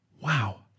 Wow